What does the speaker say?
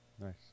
Nice